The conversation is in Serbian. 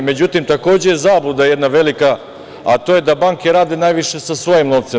Međutim, takođe je zabluda jedna velika, a to je da banke rade najviše sa svojim novcem.